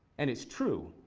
and it's true,